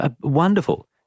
wonderful